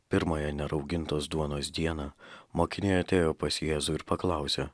pirmąją neraugintos duonos dieną mokiniai atėjo pas jėzų ir paklausė